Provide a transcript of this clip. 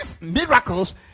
miracles